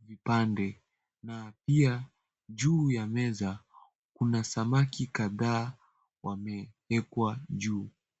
vipande, na pia juu ya meza kuna samaki kadhaa wamewekwa juu.